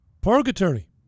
Purgatory